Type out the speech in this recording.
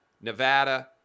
Nevada